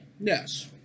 Yes